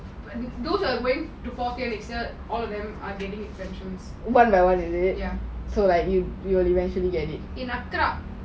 those are going to forget research are getting exemptions